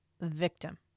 victim